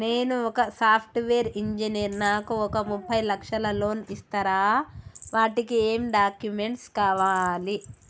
నేను ఒక software engineer నాకు ఒక ముప్పై లక్షల లోన్ ఇస్తరా? వాటికి ఏం డాక్యుమెంట్స్ కావాలి?